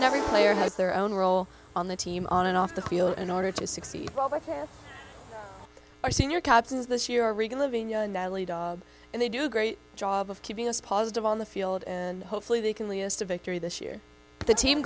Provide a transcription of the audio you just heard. and every player has their own role on the team on and off the field in order to succeed our senior captains this year and they do a great job of keeping us positive on the field and hopefully they can liest a victory this year the team